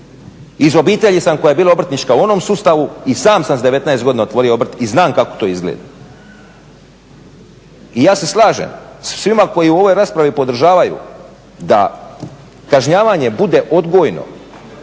Iz obitelji sam koja je bila obrtnička u onom sustavu i sam sam s 19 godina otvorio obrt i znam kako to izgleda. I ja se slažem sa svima koji u ovoj raspravi podržavaju da kažnjavanje bude odgojno,